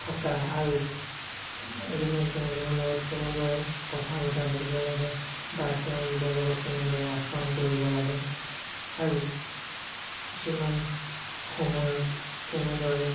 থকা আৰু এজনে সিজনৰ লগত কেনেদৰে কথা বতৰা পাতিব লাগে বা তেওঁলোকৰ লগত কেনেদৰে আচৰণ কৰিব লাগে আৰু কিছুমান সময়ত কেনেদৰে